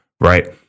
right